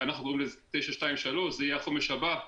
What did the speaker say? אנחנו קוראים לזה 923, זה יהיה החומש הבא,